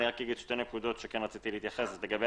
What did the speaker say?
שתי נקודות שרציתי להתייחס אליהן: לגבי